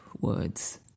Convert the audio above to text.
words